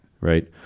right